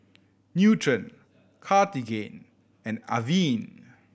Nutren Cartigain and Avene